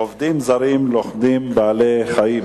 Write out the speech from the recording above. עובדים זרים לוכדים בעלי-חיים.